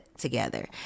Together